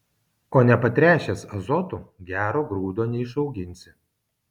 o nepatręšęs azotu gero grūdo neišauginsi